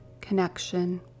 connection